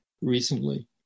recently